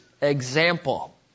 example